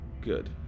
good